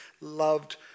loved